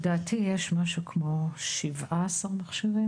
לדעתי יש משהו כמו 17 מכשירים.